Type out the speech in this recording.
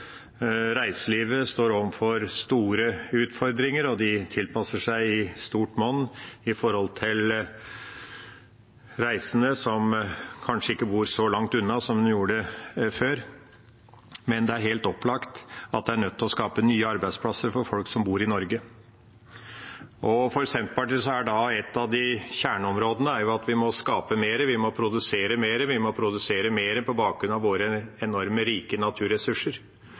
Reiselivet står overfor store utfordringer, og de tilpasser seg i stort monn med tanke på reisende som kanskje ikke bor så langt unna som de gjorde før. Men det er helt opplagt at en er nødt til å skape nye arbeidsplasser for folk som bor i Norge. For Senterpartiet er et av kjerneområdene at vi må skape mer, vi må produsere mer, og vi må produsere mer på bakgrunn av våre enormt rike naturressurser.